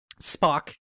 spock